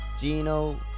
Gino